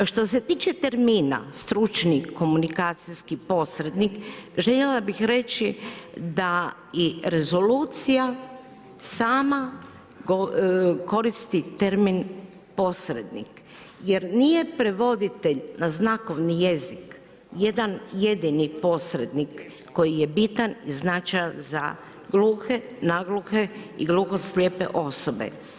Što se tiče termina, stručni komunikacijski posrednik, željela bi reći, da i rezolucija sama koristi termin posrednik, jer nije prevoditelj znakovni jezik jedan jedini posrednik koji je bitan i značajan za gluhe, nagluhe i gluhoslijepe osobe.